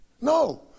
no